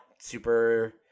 super